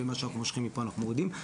ומה שאנחנו מושכים מפה אנחנו מורידים.